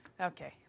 okay